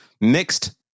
Mixed